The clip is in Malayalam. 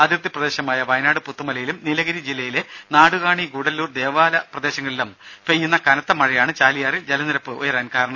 അതിർത്തി പ്രദേശമായ വയനാട് പുത്തുമലയിലും നീലഗിരി ജില്ലയിലെ നാടുകാണി ഗൂഡല്ലൂർ ദേവാല പ്രദേശങ്ങളിലും പെയ്യുന്ന കനത്ത മഴയാണ് ചാലിയാറിൽ ജലനിരപ്പ് ഉയരാൻ കാരണം